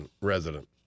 resident